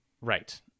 Right